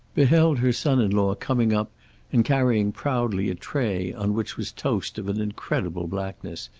beheld her son-in-law coming up and carrying proudly a tray on which was toast of an incredible blackness,